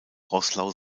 roßlau